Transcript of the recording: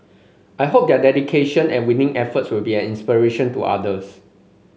I hope their dedication and winning efforts will be an inspiration to others